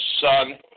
son